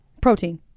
protein